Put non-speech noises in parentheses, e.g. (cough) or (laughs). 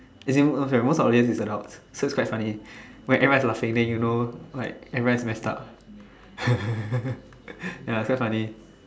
as in okay most of audience is adults so it's quite funny when everyone's laughing then you know everyone is messed up (laughs) ya it's quite funny